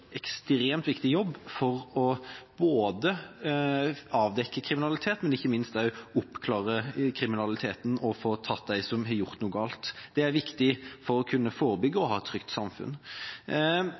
ekstremt viktig jobb for både å avdekke kriminalitet og ikke minst oppklare kriminaliteten og få tatt dem som har gjort noe galt. Det er viktig for å kunne forebygge